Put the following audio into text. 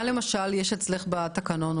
מה, למשל, יש אצלך בתקנון?